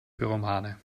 pyromane